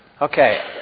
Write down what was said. Okay